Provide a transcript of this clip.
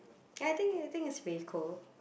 ya I think I think it's pretty cool